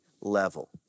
level